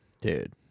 Dude